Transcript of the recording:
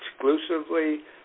exclusively